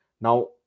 now